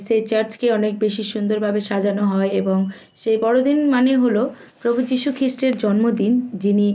সেই চার্চকে অনেক বেশি সুন্দরভাবে সাজানো হয় এবং সে বড়দিন মানে হলো প্রভু যীশু খ্রিষ্টের জন্মদিন যিনি